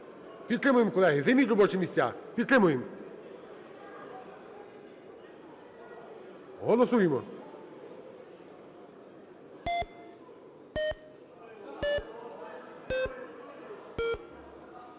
Підтримуємо, колеги. Займіть робочі місця. Підтримуємо. Голосуємо.